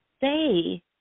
say